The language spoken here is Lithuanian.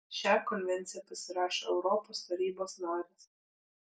šią konvenciją pasirašo europos tarybos narės